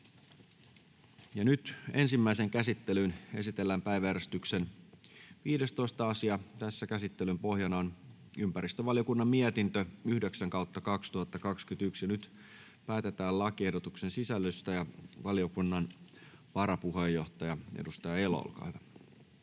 Ensimmäiseen käsittelyyn esitellään päiväjärjestyksen 15. asia. Käsittelyn pohjana on ympäristövaliokunnan mietintö YmVM 9/2021 vp. Nyt päätetään lakiehdotuksen sisällöstä. — Valiokunnan varapuheenjohtaja, edustaja Elo, olkaa hyvä.